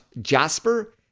jasper